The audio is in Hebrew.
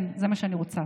כן, זה מה שאני רוצה,